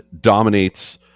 dominates